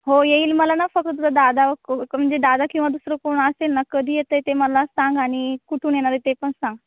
हो येईल मला ना फक्त तुझा दादा म्हणजे दादा किंवा दुसरं कोण असेल ना कधी येतं आहे ते मला सांग आणि कुठून येणार आहे ते पण सांग